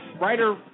writer